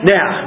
Now